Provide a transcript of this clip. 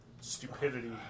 stupidity